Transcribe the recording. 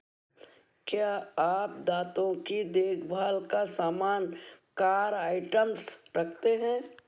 क्या आप दाँतों की देख भाल का सामान कार आइटम्स रखते हैं